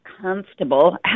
comfortable